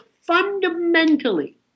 fundamentally